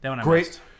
great